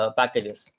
packages